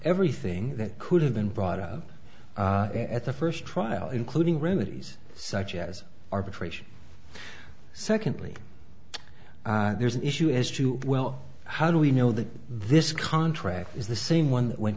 everything that could have been brought up at the first trial including remedies such as arbitration second please there's an issue as to well how do we know that this contract is the same one that went